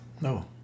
No